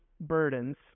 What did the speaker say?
burdens